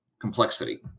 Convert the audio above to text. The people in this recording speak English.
complexity